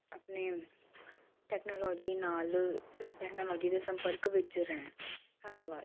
ਆਪਣੇ ਟੈਕਨੋਲੋਜੀ ਨਾਲ ਟੈਕਨੋਲੋਜੀ ਦੇ ਸੰਪਰਕ ਵਿੱਚ ਰਹਿਣ ਧੰਨਵਾਦ